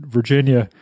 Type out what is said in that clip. Virginia